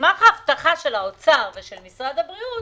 ההבטחה של משרד האוצר ושל משרד הבריאות